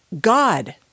God